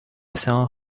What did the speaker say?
san